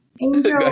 Angel